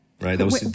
right